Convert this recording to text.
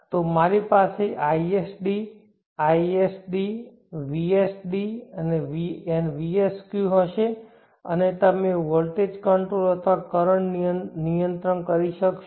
તો મારી પાસે isd isq vsd vsq હશે અને તમે વોલ્ટેજ કંટ્રોલ અથવા કરંટ નિયંત્રણ કરી શકશો